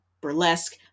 Burlesque